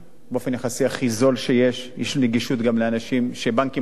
באופן יחסי הכי זול שיש ויש לו נגישות גם לאנשים שבנקים אחרים,